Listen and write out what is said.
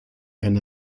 eine